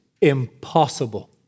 impossible